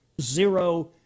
zero